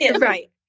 right